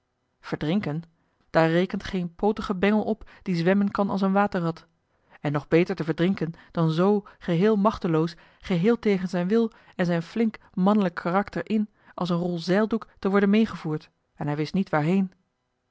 verdrinken daar rekent geen pootige bengel op die zwemmen kan als een waterrat en nog beter te verdrinken dan zoo geheel machteloos geheel tegen zijn wil en zijn flink manlijk karakter in als een rol zeildoek te worden meegevoerd en hij wist niet waarheen